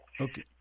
Okay